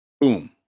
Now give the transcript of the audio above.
Boom